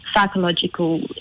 psychological